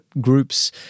groups